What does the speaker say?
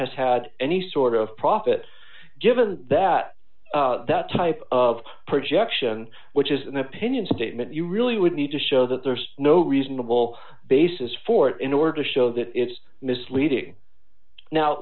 has had any sort of profit given that that type of projection which is an opinion statement you really would need to show that there's no reasonable basis for it in order to show that it's misleading now